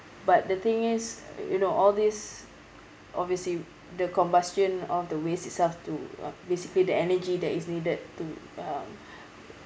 but the thing is you know all this obviously the combustion of the waste itself to uh basically the energy that is needed to um